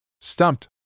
stumped